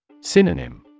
Synonym